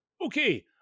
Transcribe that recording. Okay